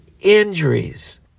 injuries